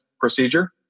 procedure